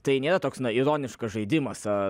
tai nėra toks ironiškas žaidimas ar